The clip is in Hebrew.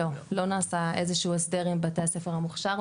לא נעשה איזה שהוא הסדר עם בתי הספר המוכשר,